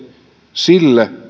sille